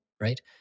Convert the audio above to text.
right